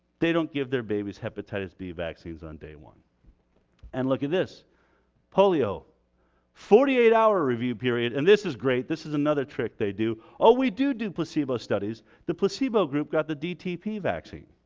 they don't give their babies hepatitis b vaccines on day one and look at this polio forty eight hour review period and this is great this is another trick they do all we do do placebo studies the placebo group got the dtp vaccine